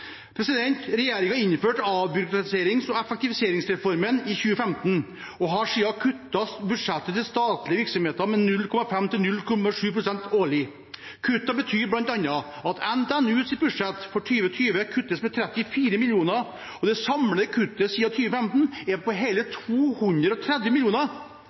innførte avbyråkratiserings- og effektiviseringsreformen i 2015 og har siden kuttet budsjettet til statlige virksomheter med 0,5 pst.–0,7 pst. årlig. Kuttene betyr bl.a. at NTNUs budsjett for 2020 kuttes med 34 mill. kr. Det samlede kuttet siden 2015 er på hele